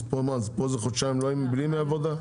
אז פה זה חודשיים בלי ימי עבודה?